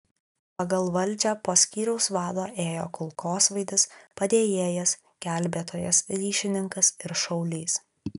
pagal valdžią po skyriaus vado ėjo kulkosvaidis padėjėjas gelbėtojas ryšininkas ir šaulys